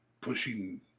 pushing